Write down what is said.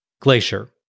Glacier